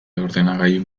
ordenagailu